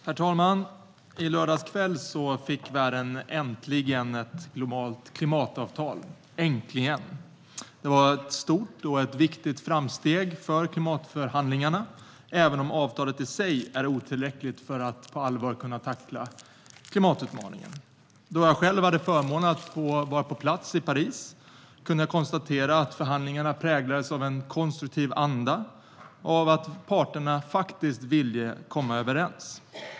Herr talman! I lördags kväll fick världen äntligen ett globalt klimatavtal. Det var ett stort och viktigt framsteg för klimatförhandlingarna, även om avtalet i sig är otillräckligt för att på allvar kunna tackla klimatutmaningen. Jag hade förmånen att vara på plats i Paris och kunde konstatera att förhandlingarna präglades av en konstruktiv anda och att parterna faktiskt ville komma överens.